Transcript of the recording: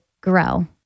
grow